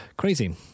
crazy